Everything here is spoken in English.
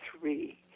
three